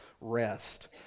rest